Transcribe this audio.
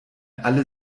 alle